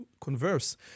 converse